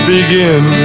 Begin